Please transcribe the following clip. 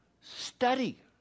Study